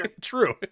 True